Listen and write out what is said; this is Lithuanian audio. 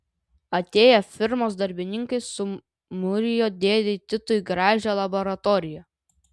atėję firmos darbininkai sumūrijo dėdei titui gražią laboratoriją